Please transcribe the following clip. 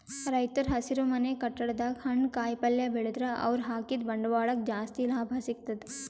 ರೈತರ್ ಹಸಿರುಮನೆ ಕಟ್ಟಡದಾಗ್ ಹಣ್ಣ್ ಕಾಯಿಪಲ್ಯ ಬೆಳದ್ರ್ ಅವ್ರ ಹಾಕಿದ್ದ ಬಂಡವಾಳಕ್ಕ್ ಜಾಸ್ತಿ ಲಾಭ ಸಿಗ್ತದ್